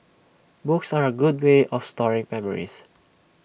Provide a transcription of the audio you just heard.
books are A good way of storing memories